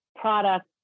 products